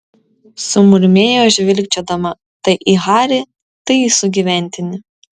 sumurmėjo žvilgčiodama tai į harį tai į sugyventinį